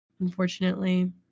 unfortunately